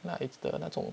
那 it's the 那种